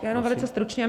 Jenom velice stručně.